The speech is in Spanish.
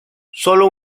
sólo